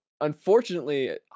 unfortunately